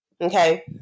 Okay